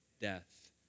death